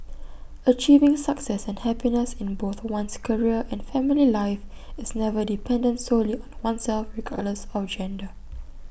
achieving success and happiness in both one's career and family life is never dependent solely on oneself regardless of gender